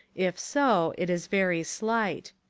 if so it is very slight.